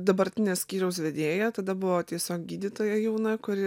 dabartinė skyriaus vedėja tada buvo tiesiog gydytoja jauna kuri